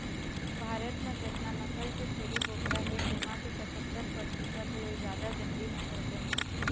भारत म जतना नसल के छेरी बोकरा हे तेमा के पछत्तर परतिसत ले जादा जंगली नसल के हे